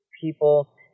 people